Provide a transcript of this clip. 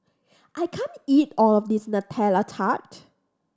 I can't eat all of this Nutella Tart